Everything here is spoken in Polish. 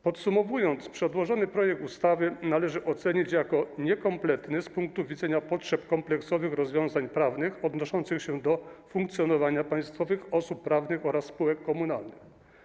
Podsumowując, przedłożony projekt ustawy należy ocenić jako niekompletny z punktu widzenia potrzeby kompleksowych rozwiązań prawnych odnoszących się do funkcjonowania państwowych osób prawnych oraz spółek komunalnych.